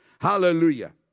Hallelujah